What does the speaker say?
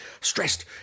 stressed